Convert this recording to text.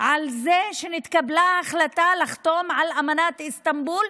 על כך שנתקבלה החלטה לחתום על אמנת איסטנבול,